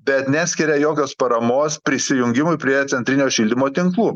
bet neskiria jokios paramos prisijungimui prie centrinio šildymo tinklų